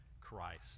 Christ